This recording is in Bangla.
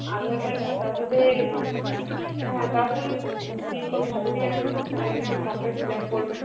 আধার কার্ড আর তার সাথে হ্যাঁ তার সাথে তিন কপি ছবি আনবে আর এখানে ফর্মটা ফিল আপ করবেন